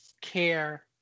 care